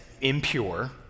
impure